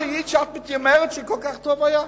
שאת מתיימרת להגיד שכל כך טוב היה.